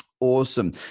Awesome